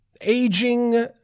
Aging